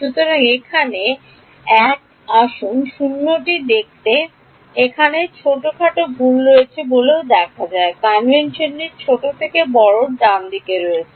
সুতরাং এখানে 1 এর আসুন 0 টি দেখতে এখানে ছোটখাটো ভুল রয়েছে বলেও দেখা যায় কনভেনশনটি ছোট থেকে বড় ডানদিকে রয়েছে